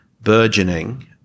burgeoning